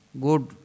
good